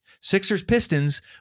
Sixers-Pistons